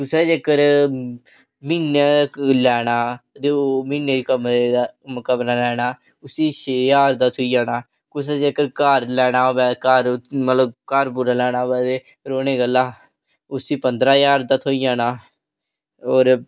दूसरा जेकर म्हीने लैना ते ओह् म्हीने कमरा लैना उसी छे ज्हार दा थ्होई जाना कुसै जेकर घर लैना होवे मतलब घर पूरा लैना होवे ते रौह्ने गल्लां उसी पंदरां ज्हार दा थ्होई जाना